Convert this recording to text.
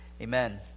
amen